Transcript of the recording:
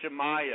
Shemaya